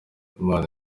imana